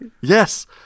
Yes